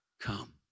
come